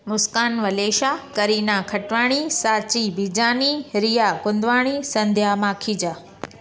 Muskan Valecha Kareena Khatwani Sanchi Bijani Riya Kundwani Sandhya Makhija